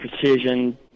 precision